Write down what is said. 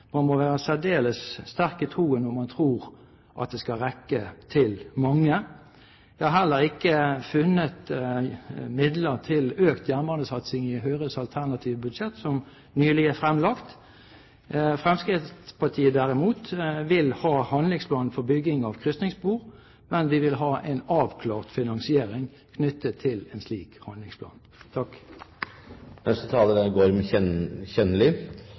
Man må være særdeles sterk i troen om man tror det skal rekke til mange. Jeg har heller ikke funnet midler til økt jernbanesatsing i Høyres alternative budsjett, som nylig er fremlagt. Fremskrittspartiet derimot vil ha handlingsplan for bygging av krysningsspor, men vi vil ha en avklart finansiering knyttet til en slik handlingsplan. I Nasjonal transportplan slår regjeringen fast at målet er